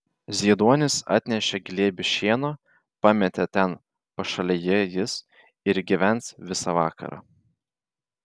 zieduonis atnešė glėbį šieno pametė ten pašalėje jis ir gyvens visą vakarą